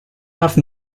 have